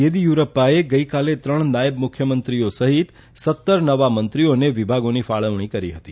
ચેદીયુરપ્પાએ ગઇકાલે ત્રણ નાથબ મુખ્યમંત્રીઓ સહિત સત્તર નવા મંત્રીઓને વિભાગોની ફાળવણી કરી હતી